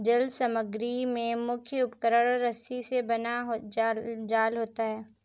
जल समग्री में मुख्य उपकरण रस्सी से बना जाल होता है